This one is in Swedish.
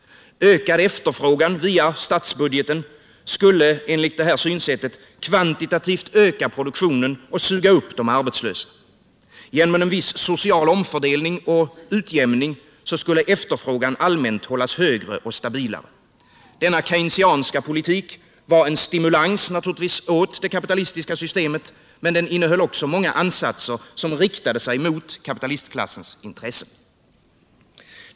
Ökad efterfrågan via statsbudgeten skulle enligt det här synsättet kvantitativt öka produktionen och suga upp de arbetslösa. Genom en viss social omfördelning och utjämning skulle efterfrågan allmänt hållas högre och stabilare. Denna Keynesianska politik var naturligtvis en stimulans åt det kapitalistiska systemet, men den innehöll också många ansatser som riktade sig mot kapitalistklassens intressen.